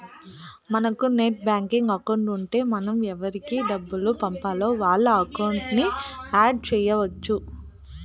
మనకు net banking account ఉంటే మనం ఎవురికి డబ్బులు పంపాల్నో వాళ్ళ అకౌంట్లని యాడ్ చెయ్యచ్చు